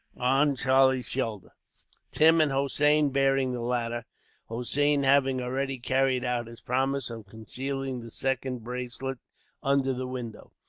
on charlie's shoulder tim and hossein bearing the ladder hossein having already carried out his promise of concealing the second bracelet under the window.